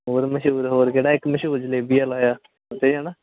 ਹੋਰ ਮਸ਼ਹੂਰ ਹੋਰ ਕਿਹੜਾ ਇੱਕ ਮਸ਼ਹੂਰ ਜਲੇਬੀ ਵਾਲਾ ਉੱਥੇ ਹਨਾ